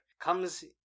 comes